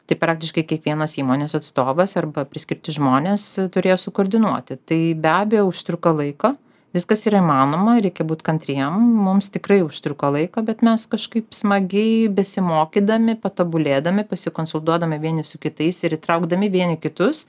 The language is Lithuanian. tai praktiškai kiekvienas įmonės atstovas arba priskirti žmonės turėjo sukoordinuoti tai be abejo užtruko laiko viskas yra įmanoma reikia būt kantriem mums tikrai užtruko laiko bet mes kažkaip smagiai besimokydami patobulėdami pasikonsultuodami vieni su kitais ir įtraukdami vieni kitus